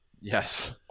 Yes